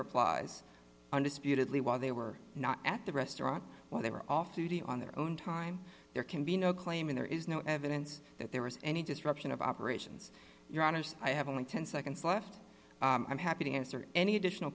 replies undisputedly while they were not at the restaurant while they were off duty on their own time there can be no claiming there is no evidence that there was any disruption of operations i have only ten seconds left i'm happy to answer any additional